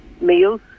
meals